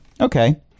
Okay